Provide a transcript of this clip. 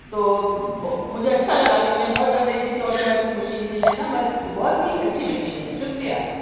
تو وہ مجھے اچھا لگا کہ میں بہت ڈر رہی تھی کہ آٹومیٹک مشین نہیں لینا میں بہت ہی اچھی مشین ہے شُکریہ